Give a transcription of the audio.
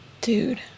dude